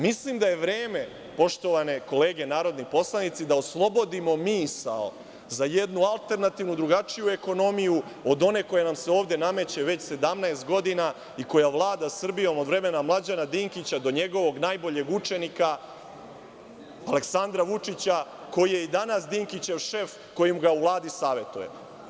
Mislim da je vreme, poštovane kolege narodni poslanici, da oslobodimo misao za jednu alternativnu i drugačiju ekonomiju od one koja vam se ovde nameće već 17 godina i koja vlada Srbijom od vremena Mlađana Dinkića do njegovog najboljeg učenika Aleksandra Vučića, koji je i danas Dinkićev šef, koji ga u Vladi savetuje.